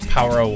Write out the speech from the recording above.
Power